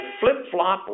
flip-flop